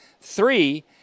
Three